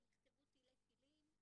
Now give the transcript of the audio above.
ונכתבו תלי תילים,